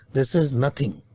this is nothing.